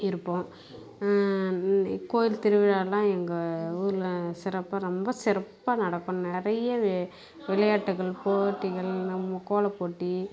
இருப்போம் கோவில் திருவிழாலாம் எங்கள் ஊரில் சிறப்பாக ரொம்ப சிறப்பாக நடக்கும் நிறையா வே விளையாட்டுக்கள் போட்டிகள் நம்ம கோலப்போட்டி